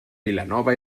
vilanova